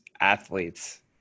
athletes